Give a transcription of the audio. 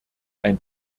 ein